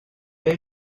est